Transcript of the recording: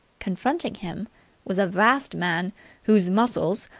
confronting him was a vast man whose muscles,